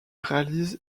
réalise